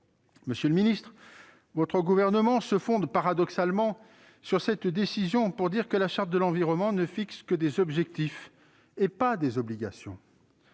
Monsieur le garde des sceaux, le Gouvernement se fonde paradoxalement sur cette décision pour dire que la Charte de l'environnement ne fixe que des objectifs, et pas des obligations.